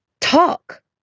talk